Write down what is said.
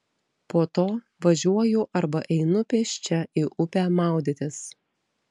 po to važiuoju arba einu pėsčia į upę maudytis